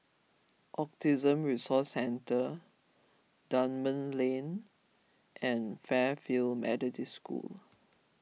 Autism Resource Centre Dunman Lane and Fairfield Methodist School